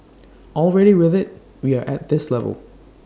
already with IT we are at this level